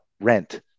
rent